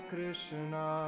Krishna